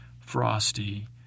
Frosty